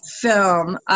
film –